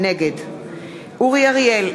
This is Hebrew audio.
נגד אורי אריאל,